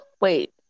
Wait